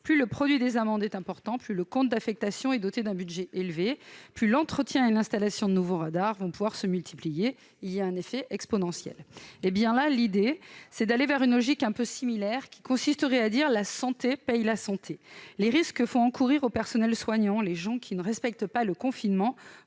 plus le produit des amendes est important, plus le compte d'affectation est doté d'un budget élevé, plus l'entretien et l'installation de nouveaux radars vont pouvoir se multiplier. Il y a un effet exponentiel. L'idée est d'aller vers une logique similaire dans la santé. Compte tenu des risques que font encourir au personnel soignant les gens qui ne respectent pas le confinement,